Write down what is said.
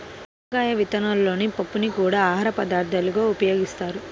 పుచ్చకాయ విత్తనాలలోని పప్పుని కూడా ఆహారపదార్థంగా ఉపయోగిస్తారు